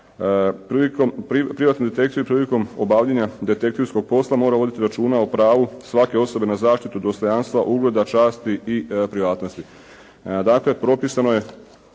Privatni detektiv prilikom obavljanja detektivskog posla mora voditi računa o pravu svake osobe na zaštitu dostojanstva, ugleda, časti i privatnosti. Dakle, propisano je